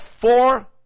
four